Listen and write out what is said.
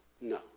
no